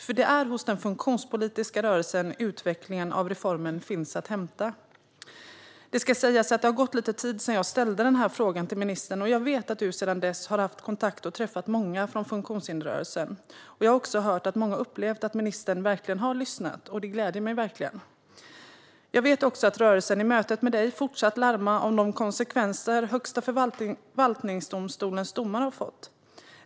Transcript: Det är nämligen hos den funktionspolitiska rörelsen utvecklingen av reformen finns att hämta. Det ska sägas att det har gått lite tid sedan jag ställde den här frågan till ministern. Jag vet att du sedan dess har haft kontakt med och träffat många från funktionshindersrörelsen. Jag har också hört att många upplevt att ministern verkligen har lyssnat, och det gläder mig verkligen. Jag vet också att rörelsen i mötet med dig fortsatt larma om de konsekvenser som Högsta förvaltningsdomstolens domar har fått.